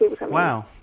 Wow